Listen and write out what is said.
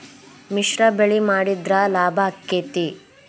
ಮಿಶ್ರ ಬೆಳಿ ಮಾಡಿದ್ರ ಲಾಭ ಆಕ್ಕೆತಿ?